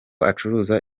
acuruza